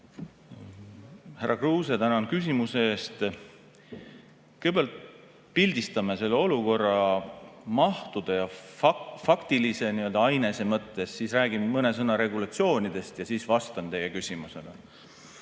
Härra Kruuse, tänan küsimuse eest! Kõigepealt pildistame selle olukorra mahtude ja faktilise ainese mõttes, siis räägin mõne sõna regulatsioonidest ja siis vastan teie küsimusele. Faktiliselt